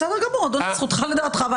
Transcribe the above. בסדר גמור, זכותך לדעתך.